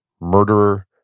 murderer